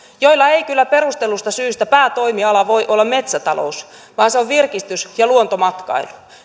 joilla ei kyllä perustellusta syystä päätoimiala voi olla metsätalous vaan se on virkistys ja luontomatkailu